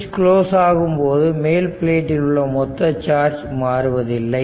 சுவிட்ச் குளோஸ் ஆகும் போது மேல் பிளேட்டில் உள்ள மொத்த சார்ஜ் மாறுவதில்லை